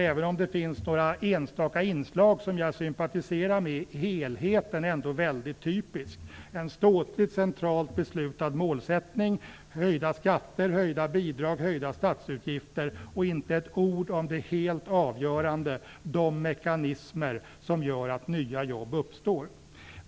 Även om det finns några enskilda inslag som jag sympatiserar med är helheten ändå väldigt typisk: en ståtlig, centralt beslutad målsättning, höjda skatter, höjda bidrag, höjda statsutgifter - och inte ett ord om det helt avgörande, nämligen de mekanismer som gör att nya jobb uppstår.